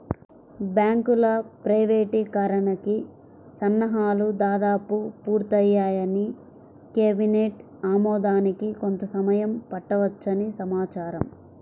బ్యాంకుల ప్రైవేటీకరణకి సన్నాహాలు దాదాపు పూర్తయ్యాయని, కేబినెట్ ఆమోదానికి కొంత సమయం పట్టవచ్చని సమాచారం